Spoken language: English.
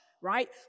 right